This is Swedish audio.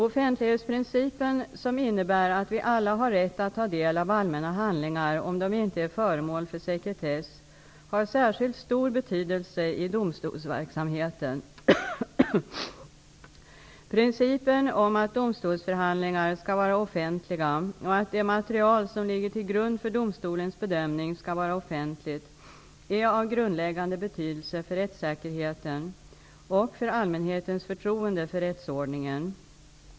Offentlighetsprincipen, som innebär att vi alla har rätt att ta del av allmänna handlingar om de inte är föremål för sekretess, har särskilt stor betydelse i domstolsverksamheten. Principen om att domstolsförhandlingar skall vara offentliga och att det material som ligger till grund för domstolens bedömning skall vara offentligt, är av grundläggande betydelse för rättssäkerheten och för allmänhetens förtroende för rättsordningen.